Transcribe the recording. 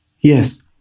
Yes